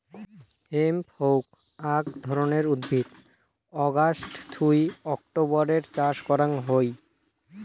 hemp হউক আক ধরণের উদ্ভিদ অগাস্ট থুই অক্টোবরের চাষ করাং হই